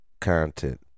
content